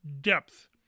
depth